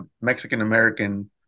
Mexican-American